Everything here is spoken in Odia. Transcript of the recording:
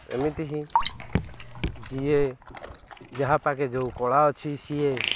ସେମିତି ହିଁ ଯିଏ ଯାହା ପାଖେ ଯେଉଁ କଳା ଅଛି ସିଏ